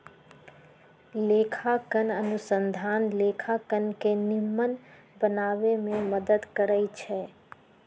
लेखांकन अनुसंधान लेखांकन के निम्मन बनाबे में मदद करइ छै